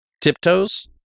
Tiptoes